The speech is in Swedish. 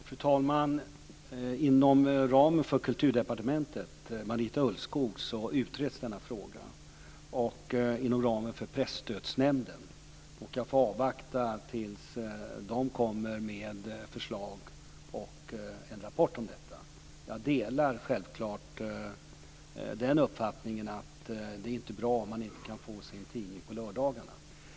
Fru talman! Denna fråga utreds inom ramen för Presstödsnämnden. Jag får avvakta tills de kommer med förslag och en rapport om detta. Jag delar självfallet den uppfattningen att det inte är bra om man inte kan få sin tidning på lördagarna.